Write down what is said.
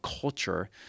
culture